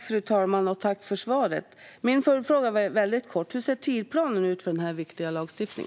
Fru talman! Tack för svaret! Min följdfråga är väldigt kort: Hur ser tidsplanen ut för denna viktiga lagstiftning?